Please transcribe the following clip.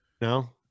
No